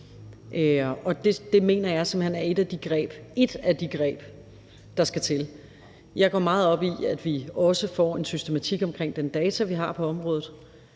jeg simpelt hen er ét af de greb, der skal til. Jeg går meget op i, at vi også får en systematik omkring de data, vi har på området.